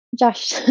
Josh